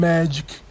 Magic